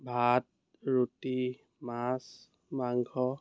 ভাত ৰুটী মাছ মাংস